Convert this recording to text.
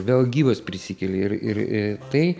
vėl gyvas prisikėli ir ir tai